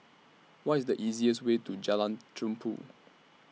What IS The easiest Way to Jalan Tumpu